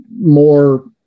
more